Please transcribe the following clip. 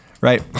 Right